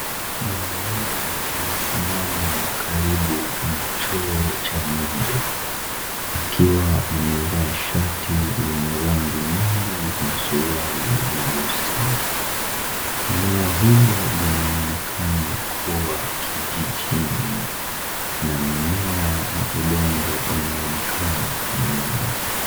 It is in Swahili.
Mwanamume amesimama karibu na choo cha nje akiwa amevaa shati lenye rangi nyingi na suruali nyeusi. Eneo hilo linaonekana kuwa kijijini na mimea na udongo unaonekana kwa nyuma.